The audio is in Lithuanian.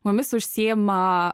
mumis užsiima